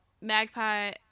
magpie